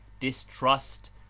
distrust,